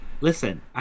Listen